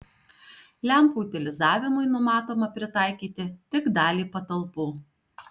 lempų utilizavimui numatoma pritaikyti tik dalį patalpų